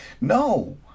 No